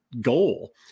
goal